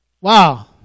wow